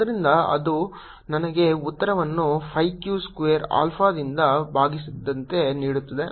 ಆದ್ದರಿಂದ ಅದು ನನಗೆ ಉತ್ತರವನ್ನು 5 q ಸ್ಕ್ವೇರ್ ಆಲ್ಫಾದಿಂದ ಭಾಗಿಸಿದಂತೆ ನೀಡುತ್ತದೆ